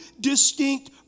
distinct